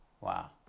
Wow